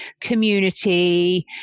community